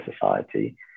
society